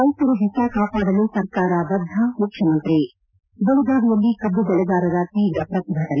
ರೈತರ ಓತ ಕಾಪಾಡಲು ಸರ್ಕಾರ ಬದ್ಧ ಮುಖ್ಯಮಂತ್ರಿ ಬೆಳಗಾವಿಯಲ್ಲಿ ಕಬ್ದು ಬೆಳೆಗಾರರ ತೀವ್ರ ಪ್ರಕಿಭಟನೆ